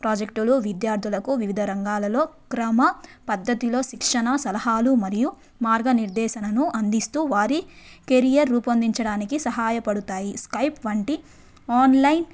ప్రాజెక్టులు విద్యార్థులకు వివిధ రంగాలలో క్రమ పద్ధతిలో శిక్షణ సలహాలు మరియు మార్గనిర్దేశనను అందిస్తు వారి కెరీర్ రూపొందించడానికి సహాయపడుతాయి స్కైప్ వంటి ఆన్లైన్